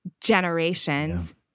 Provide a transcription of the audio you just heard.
generations